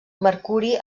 mercuri